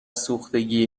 سوختگی